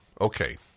Okay